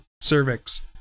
cervix